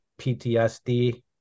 PTSD